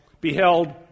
beheld